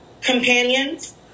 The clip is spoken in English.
companions